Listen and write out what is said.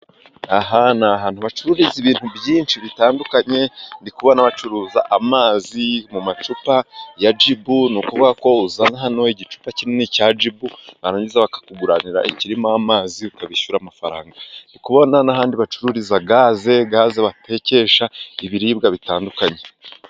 Aha ni ahantu hacururiza ibintu byinshi bitandukanye ndi kubona hacuruza amazi mu macupa ya jibu. Ni ukuvuga ko uzana hano igicupa kinini cya jibu barangiza bakakuguranira ikirimo amazi ukabishyura amafaranga ndi kubona n'ahandi bacururiza gaze, gaze batekesha ibiribwa bitandukanye.